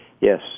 yes